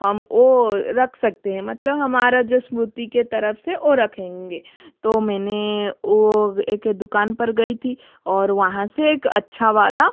हम वो रख सकते हैं मतलब हमारा जो स्मृति के तरफ से वो रखेंगे तो मैंने वो एक दुकान पर गई थी और वहाँ से एक अच्छा वाला